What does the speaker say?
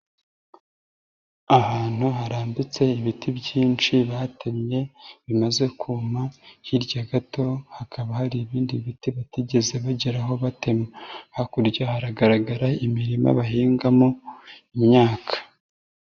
Ahantu harambitse ibiti byinshi batemye bimaze kuma, hirya gato hakaba hari ibindi biti batigeze bageraho batema. Hakurya hagaragara imirima bahingamo imyaka.